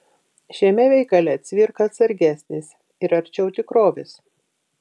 šiame veikale cvirka atsargesnis ir arčiau tikrovės